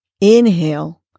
Inhale